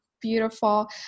beautiful